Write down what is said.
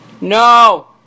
No